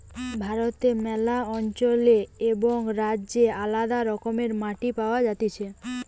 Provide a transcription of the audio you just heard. ভারতে ম্যালা অঞ্চলে এবং রাজ্যে আলদা রকমের মাটি পাওয়া যাতিছে